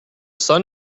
sun